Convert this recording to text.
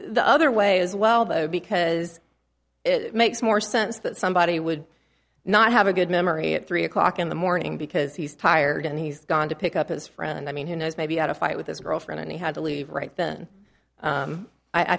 the other way as well though because it makes more sense that somebody would not have a good memory at three o'clock in the morning because he's tired and he's gone to pick up his friend i mean who knows maybe had a fight with his girlfriend and he had to leave right then